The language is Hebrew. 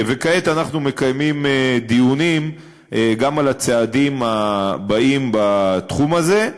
וכעת אנחנו מקיימים דיונים גם על הצעדים הבאים בתחום הזה,